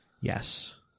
yes